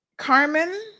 Carmen